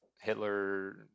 Hitler